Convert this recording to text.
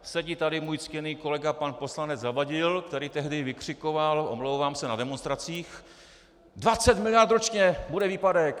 Sedí tady můj ctěný kolega pan poslanec Zavadil, který tehdy vykřikoval, omlouvám se, na demonstracích: 20 miliard ročně bude výpadek!